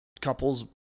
couples